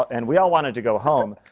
and we all wanted to go home,